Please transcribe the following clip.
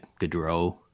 Gaudreau